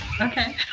Okay